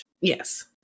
yes